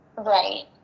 Right